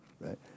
right